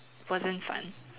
wasn't fun